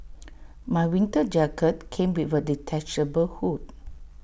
my winter jacket came with A detachable hood